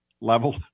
level